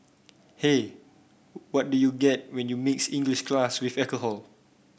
hey what do you get when you mix English class with alcohol